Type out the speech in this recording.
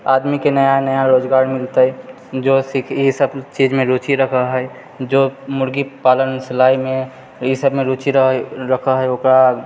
आदमीके नया नया रोजगार मिलतै जौ ई सभ चीजमे रुचि रखै हइ जौ मुर्गी पालनमे सिलाइमे ई सभमे रुचि रखै हइ ओकरा